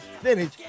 spinach